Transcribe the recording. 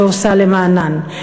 שעושה למענן,